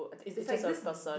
is like this